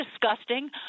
disgusting